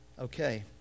Okay